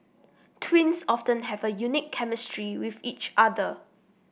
twins often have a unique chemistry with each other